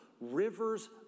rivers